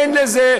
הבנו,